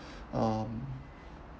um